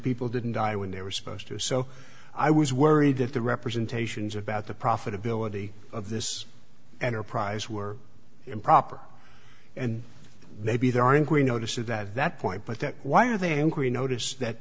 people didn't die when they were supposed to so i was worried that the representations about the profitability of this enterprise were improper and maybe there are angry notices that that point but that why are they angry notice that